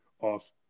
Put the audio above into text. off